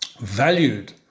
valued